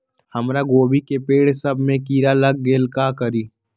हमरा गोभी के पेड़ सब में किरा लग गेल का करी?